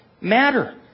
matter